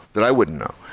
that i wouldn't know?